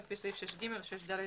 לפי סעיף 6ג או 6ד לחוק.